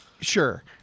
sure